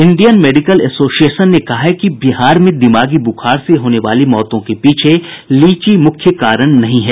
Indian medical association ने कहा है कि बिहार में दिमागी बूखार से होने वाली मौतों के पीछे लीची मुख्य कारण नहीं है